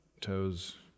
toes